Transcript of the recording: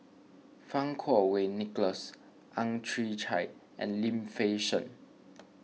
Fang Kuo Wei Nicholas Ang Chwee Chai and Lim Fei Shen